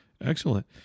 Excellent